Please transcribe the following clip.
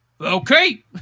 Okay